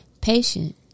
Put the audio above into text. Patient